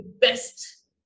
best